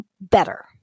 better